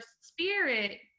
spirit